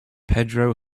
pedro